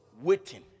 waiting